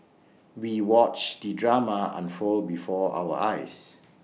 we watched the drama unfold before our eyes